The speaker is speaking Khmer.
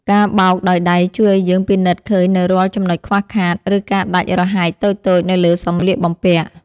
ការបោកដោយដៃជួយឱ្យយើងពិនិត្យឃើញនូវរាល់ចំណុចខ្វះខាត ឬការដាច់រហែកតូចៗនៅលើសម្លៀកបំពាក់។